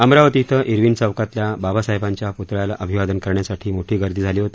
अमरावती इथं इरविन चौकातल्या बाबासाहेबांच्या प्तळ्याला अभिवादन करण्यासाठी मोठी गर्दी झाली होती